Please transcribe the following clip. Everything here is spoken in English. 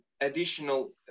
additional